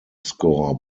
score